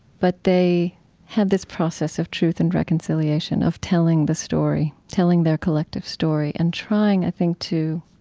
but they had this process of truth and reconciliation, of telling the story, telling their collective story and trying, i think, to